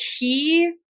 key